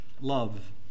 love